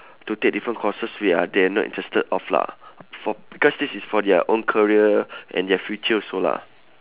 to take different courses we are they are not interested of lah for because this is for their own career and their future also lah